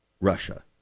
Russia